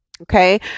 Okay